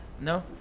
no